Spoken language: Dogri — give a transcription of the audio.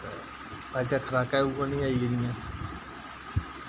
अजकल्ल खराकां बी उऐ नेही आई गेदियां